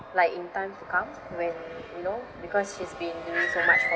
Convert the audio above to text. like in time to come when you know because she's been doing so much for